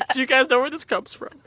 you guys know where this comes from?